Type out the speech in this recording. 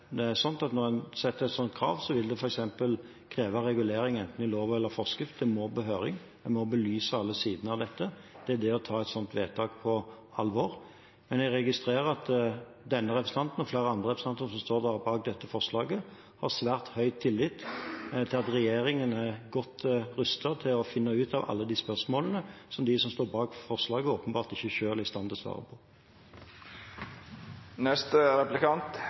setter et sånt krav, vil det f.eks. kreve regulering enten i lov eller forskrift, det må på høring, en må belyse alle sidene av dette. Det er å ta et sånt vedtak på alvor. Men jeg registrerer at denne representanten og flere andre representanter som står bak dette forslaget, har svært høy tillit til at regjeringen er godt rustet til å finne ut av alle de spørsmålene som de som står bak forslaget, åpenbart ikke selv er i stand til å svare